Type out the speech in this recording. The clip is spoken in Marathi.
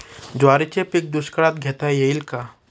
ज्वारीचे पीक दुष्काळात घेता येईल का?